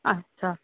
अच्छा